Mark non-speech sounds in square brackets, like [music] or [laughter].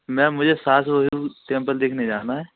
ma'am मुझे [unintelligible] sample देखने जाना है